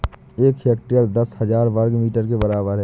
एक हेक्टेयर दस हजार वर्ग मीटर के बराबर है